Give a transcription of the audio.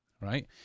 Right